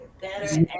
better